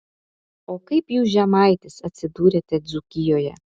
o kaip jūs žemaitis atsidūrėte dzūkijoje